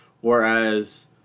Whereas